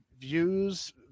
views